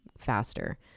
faster